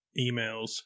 emails